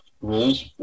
rules